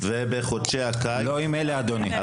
לא עם אלה אדוני.